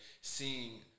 seeing